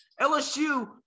LSU